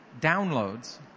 downloads